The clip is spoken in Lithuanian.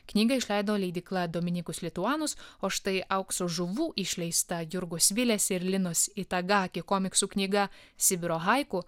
knygą išleido leidykla dominykus lituanus o štai aukso žuvų išleista jurgos vilės ir linos itagakė komiksų knyga sibiro haiku